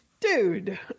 dude